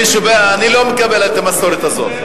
אני לא מקבל את המסורת הזאת.